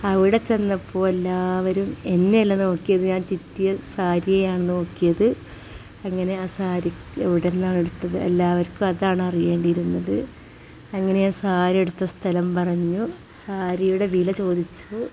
അവിടെ ചെന്നപ്പോള് എല്ലാവരും എന്നെയല്ല നോക്കിയത് ഞാന് ചിറ്റിയ സാരിയെയാണ് നോക്കിയത് അങ്ങനെ ആ സാരി എവിടെനിന്നാണ് എടുത്തത് എല്ലാവർക്കും അതാണ് അറിയേണ്ടിയിരുന്നത് അങ്ങനെ ആ സാരി എടുത്ത സ്ഥലം പറഞ്ഞു സാരിയുടെ വില ചോദിച്ചു